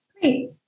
Great